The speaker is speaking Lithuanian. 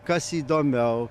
kas įdomiau